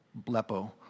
blepo